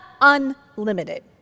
unlimited